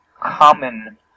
common